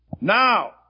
Now